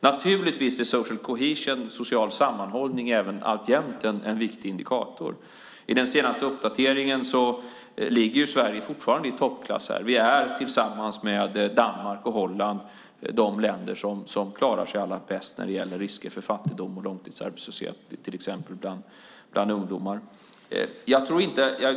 Naturligtvis är social cohesion , social sammanhållning, även alltjämt en viktig indikator. I den senaste uppdateringen ligger Sverige fortfarande i toppklass. Sverige, Danmark och Holland är de länder som klarar sig allra bäst när det gäller risker för fattigdom och långtidsarbetslöshet till exempel bland ungdomar.